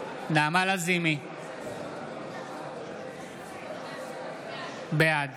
בעד